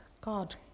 God